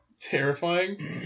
terrifying